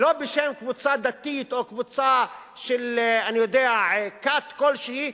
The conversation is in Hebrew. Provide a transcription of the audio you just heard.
לא בשם קבוצה דתית או כת כלשהי,